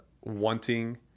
wanting